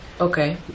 Okay